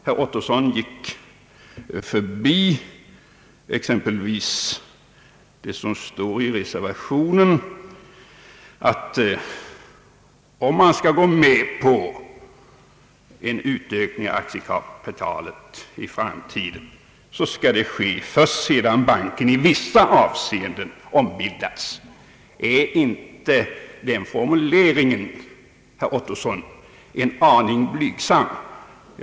Herr Ottosson förbigick exempelvis att reservationen uttalar att om man skall gå med på en utökning av aktiekapitalet i framtiden skall detta ske först sedan banken i vissa avseenden ombildats. Är inte denna formulering en aning blygsam, herr Ottosson?